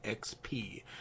XP